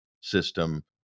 system